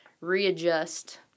readjust